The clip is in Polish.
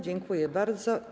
Dziękuję bardzo.